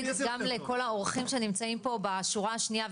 גם לכל האורחים שנמצאים פה בשורה השנייה,